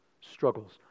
struggles